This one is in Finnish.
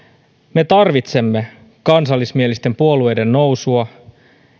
me tarvitsemme kansallismielisten puolueiden nousua